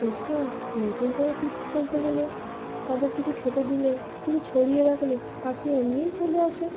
এছাড়া নতুন কোনো টিপস বলতে গেলে তাদের কিছু খেতে দিলে কিছু ছড়িয়ে রাখলে পাখি এমনিই চলে আসে